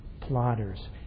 Plotters